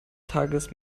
tages